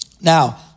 Now